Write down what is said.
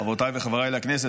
חברותיי וחבריי לכנסת,